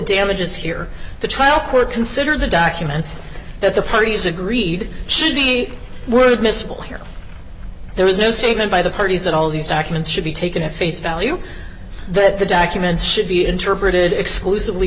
damages here the trial court consider the documents that the parties agreed should be were admissible there was no statement by the parties that all these documents should be taken at face value that the documents should be interpreted exclusively